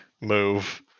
move